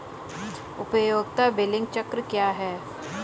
उपयोगिता बिलिंग चक्र क्या है?